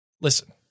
Listen